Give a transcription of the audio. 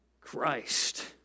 Christ